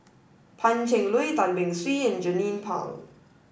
Pan Cheng Lui Tan Beng Swee and Jernnine Pang